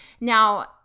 Now